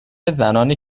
زنانی